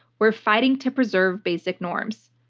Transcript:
we're fighting to preserve basic norms.